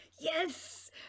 Yes